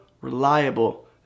reliable